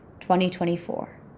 2024